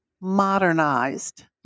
modernized